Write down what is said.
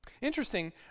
Interesting